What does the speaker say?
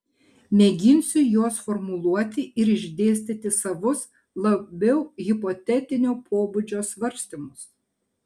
mėginsiu juos formuluoti ir išdėstyti savus labiau hipotetinio pobūdžio svarstymus